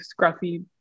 scruffy